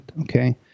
okay